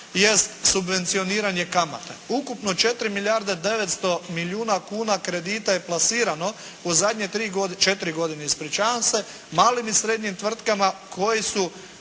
jest subvencioniranje kamate. Ukupno 4 milijarde 900 milijuna kuna kredita je plasirano u zadnje tri godine, četiri godine ispričavam se, malim i srednjim tvrtkama u kojima